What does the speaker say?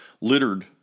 littered